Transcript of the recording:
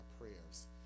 prayers